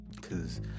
cause